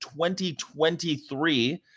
2023